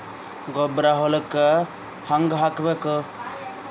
ಗೊಬ್ಬರ ಹೊಲಕ್ಕ ಹಂಗ್ ಹಾಕಬೇಕು?